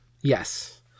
Yes